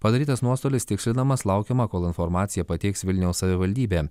padarytas nuostolis tikslinamas laukiama kol informaciją pateiks vilniaus savivaldybė